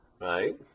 right